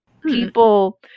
people